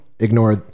Ignore